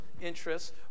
interests